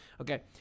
okay